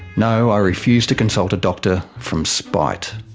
no, i refuse to consult a doctor from spite.